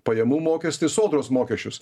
pajamų mokestį sodros mokesčius